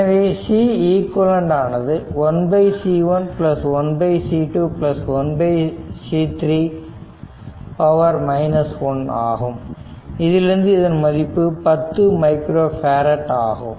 எனவே Ceq ஆனது 1C1 1C2 1C3 1 ஆகும் இதிலிருந்து இதன் மதிப்பு 10 மைக்ரோ பேரட் ஆகும்